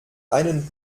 einen